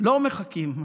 לא מחכים.